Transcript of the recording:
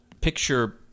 picture